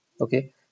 okay